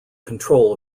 control